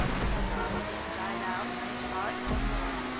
presently it died out, and they saw it no more.